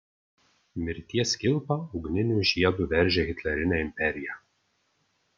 mirties kilpa ugniniu žiedu veržė hitlerinę imperiją